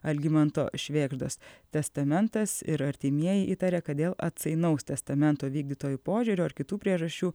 algimanto švėgždos testamentas ir artimieji įtaria kad dėl atsainaus testamento vykdytojų požiūrio ar kitų priežasčių